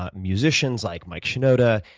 ah musicians, like mike shinoda,